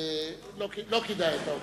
אתה אומר: לא כדאי.